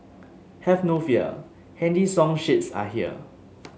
have no fear handy song sheets are here